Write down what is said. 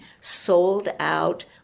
sold-out